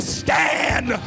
stand